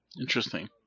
Interesting